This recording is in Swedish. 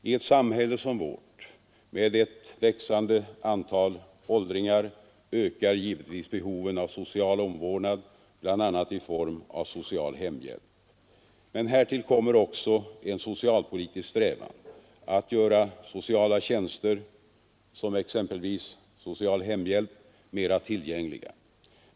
I ett samhälle som vårt med ett växande antal åldringar ökar givetvis behoven av social omvårdnad bl.a. i form av social hemhjälp. Men härtill kommer också en socialpolitisk strävan att göra sociala tjänster — som exempelvis social hemhjälp — mera tillgängliga.